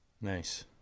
Nice